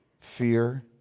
fear